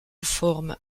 forment